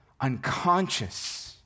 unconscious